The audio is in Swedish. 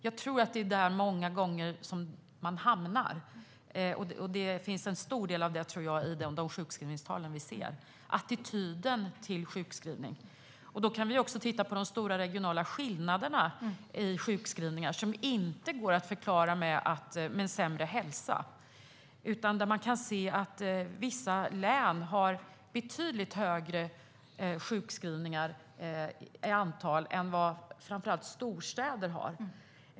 Jag tror att det många gånger är där man hamnar, och det finns en stor del av detta i de sjukskrivningstal vi ser. Det handlar om attityden till sjukskrivning. Vi kan också titta på de stora regionala skillnaderna i sjukskrivningar, som inte går att förklara med en sämre hälsa. Man kan se att vissa län har betydligt högre sjukskrivningstal än vad framför allt storstäder har.